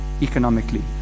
Economically